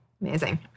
Amazing